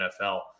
NFL